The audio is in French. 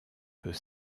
peut